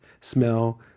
smell